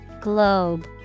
Globe